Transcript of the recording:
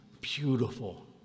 beautiful